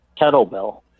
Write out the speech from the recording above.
kettlebell